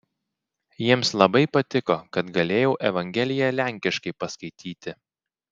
jiems labai patiko kad galėjau evangeliją lenkiškai paskaityti